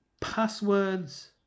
Passwords